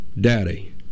Daddy